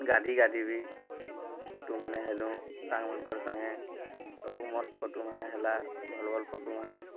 ଗାଧି ଗାଧି ବି ଫଟୁ ମାନେ ହେଲୁ ସାଙ୍ଗମାନକର୍ ସାଙ୍ଗେ ସବୁ ମସ୍ତ ଫଟୁ ମାନେ ହେଲା ଭଲ୍ ଭଲ୍ ଫଟୁ ମାନେ